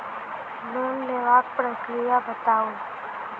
Loan लेबाक प्रक्रिया बताऊ?